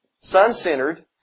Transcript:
Sun-centered